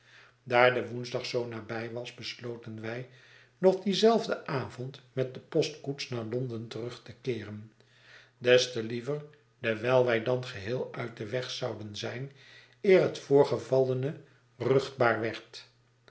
daar de woensdag zoo nabij was besloten wij nog dien zelfden avond met de postkoets naar l o n d e n terug te keeren des te liever dewijl wij dan geheel uit den weg zouden zijn eer het voorgevailene ruchtbaar werd